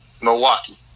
Milwaukee